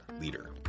leader